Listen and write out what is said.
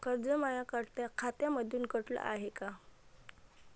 कर्ज माया खात्यामंधून कटलं हाय का?